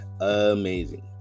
Amazing